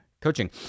coaching